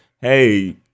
hey